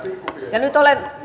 ja nyt olen